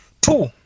Two